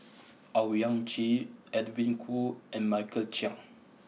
Owyang Chi Edwin Koo and Michael Chiang